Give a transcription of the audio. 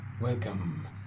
Welcome